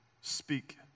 speak